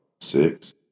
six